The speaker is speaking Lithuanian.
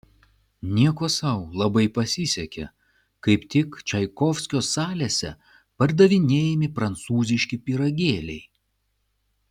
nieko sau labai pasisekė kaip tik čaikovskio salėse pardavinėjami prancūziški pyragėliai